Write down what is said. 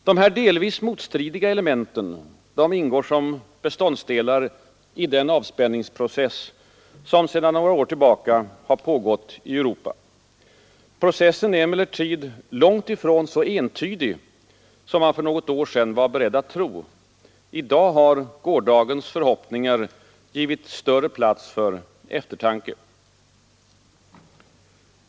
De här delvis motstridiga elementen ingår som beståndsdelar i den avspänningsprocess som sedan några år tillbaka har pågått i Europa. Processen är emellertid långt ifrån så entydig som man för något år sedan var beredd att tro. I dag har gårdagens förhoppningar givit större plats för eftertanke.